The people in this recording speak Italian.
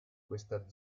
questa